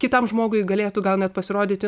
kitam žmogui galėtų gal net pasirodyti